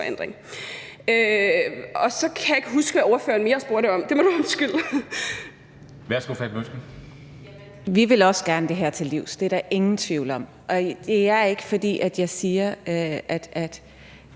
vi vil også gerne det her til livs, det er der ingen tvivl om. Det er ikke, fordi jeg siger, at